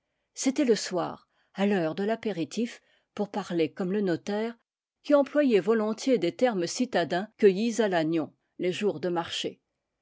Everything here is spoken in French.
c'était le soir à l'heure de l'apéritif pour parler comme le notaire qui employait volontiers des termes citadins cueillis à lannion les jours de marché